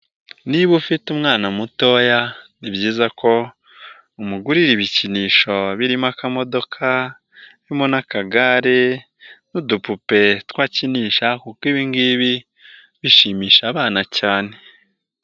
Niba ufite umwana mutoya, ni byiza ko umugurira ibikinisho birimo akamodoka, harimo n'akagare n'udupupe two akinisha kuko ibi ngibi bishimisha abana cyane.